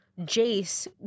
Jace